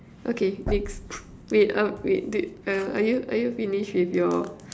okay next wait uh wait uh are you are you finished with your